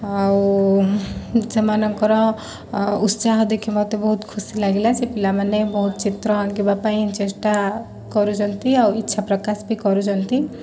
ଆଉ ସେମାନଙ୍କର ଉତ୍ସାହ ଦେଖି ମୋତେ ବହୁତ ଖୁସି ଲାଗିଲା ସେ ପିଲା ବହୁତ ଚିତ୍ର ଆଙ୍କିବା ପାଇଁ ଚେଷ୍ଟା କରୁଛନ୍ତି ଆଉ ଇଚ୍ଛା ପ୍ରକାଶ ବି କରୁଛନ୍ତି